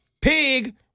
pig